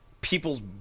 people's